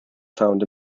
found